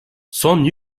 son